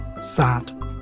sad